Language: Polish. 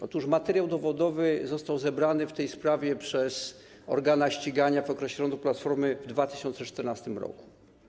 Otóż materiał dowodowy został zebrany w tej sprawie przez organa ścigania w okresie rządów Platformy w 2014 r.